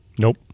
Nope